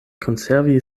konservi